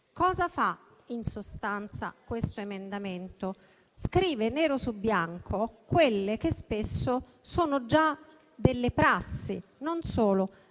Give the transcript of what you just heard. Cosa fa, in sostanza, questo emendamento? Scrive nero su bianco quelle che spesso sono già delle prassi, e non solo.